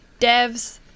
devs